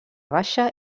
baixa